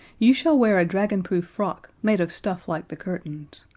you shall wear a dragonproof frock, made of stuff like the curtains.